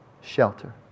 shelter